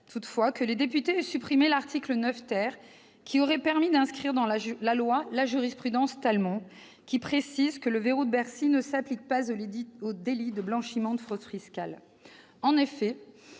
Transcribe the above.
toutefois que les députés aient supprimé l'article 9 qui aurait permis d'inscrire dans la loi la jurisprudence, laquelle précise que le « verrou de Bercy » ne s'applique pas au délit de blanchiment de fraude fiscale.